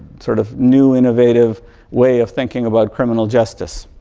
sort of new innovative way of thinking about criminal justice.